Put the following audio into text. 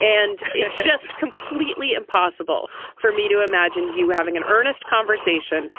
and it's just completely impossible for me to imagine you having an earnest conversation